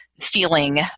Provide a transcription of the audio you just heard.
feeling